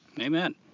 Amen